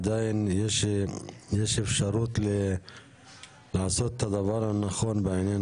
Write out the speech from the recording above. עדיין יש אפשרות לעשות את הדבר הנכון בעניין